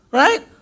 right